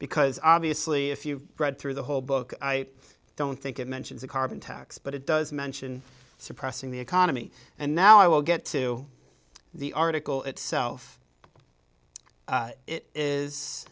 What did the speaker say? because obviously if you read through the whole book i don't think it mentions a carbon tax but it does mention suppressing the economy and now i will get to the article itself it is